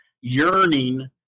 yearning